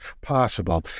possible